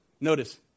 notice